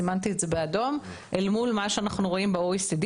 סימנתי את זה באדום אל מול שאנחנו רואים ב-OECD.